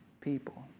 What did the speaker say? people